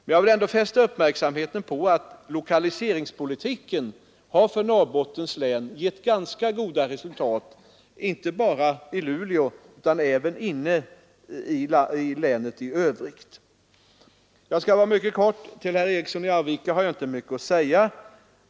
Men jag vill ändå fästa uppmärksamheten på att lokaliseringspolitiken har för Norrbottens län gett ganska goda resultat inte bara i Luleå utan även i länet i övrigt. Jag skall som sagt vara kortfattad, och till herr Eriksson i Arvika har jag inte mycket att säga.